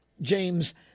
James